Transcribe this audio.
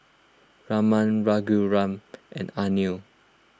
Raman Raghuram and Anil